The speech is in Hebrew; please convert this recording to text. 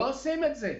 אבל לא עושים את זה,